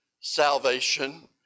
salvation